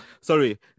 sorry